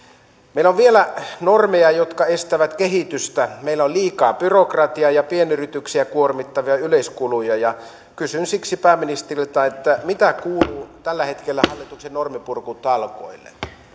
meillä on vielä normeja jotka estävät kehitystä meillä on liikaa byrokratiaa ja pienyrityksiä kuormittavia yleiskuluja ja kysyn siksi pääministeriltä mitä kuuluu tällä hetkellä hallituksen normipurkutalkoille